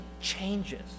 changes